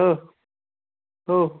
हो हो